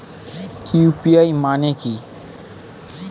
UPI মানে কি?